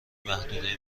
محدوده